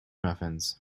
muffins